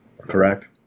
Correct